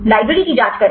library की जाँच करें